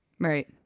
Right